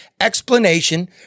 explanation